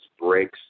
breaks